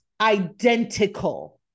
identical